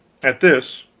at this,